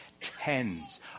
tens